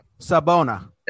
sabona